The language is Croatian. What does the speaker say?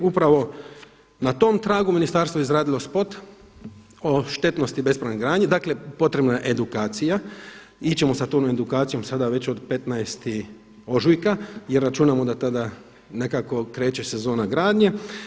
Upravo na tom tragu ministarstvo je izradilo spot o štetnosti bespravne gradnje, dakle potrebna je edukacija i ići ćemo sa tom edukacijom sada već od 15. ožujka jer računamo da tada nekako kreće sezona gradnje.